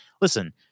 listen